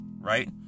right